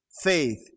faith